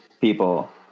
people